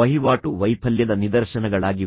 ವಹಿವಾಟು ವೈಫಲ್ಯದ ನಿದರ್ಶನಗಳಾಗಿವೆ